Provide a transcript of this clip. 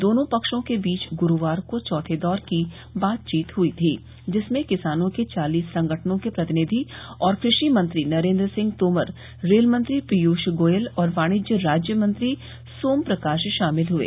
दोनों पक्षों के बीच गुरूवार को चौथे दौर की बातचीत हुई थी जिसमें किसानों के चालिस संगठनों के प्रतिनिधि और कृषि मंत्री नरेंद्र सिंह तोमर रेल मंत्री पीयूष गोयल और वाणिज्य राज्य मंत्री सोम प्रकाश शामिल हुए